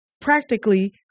practically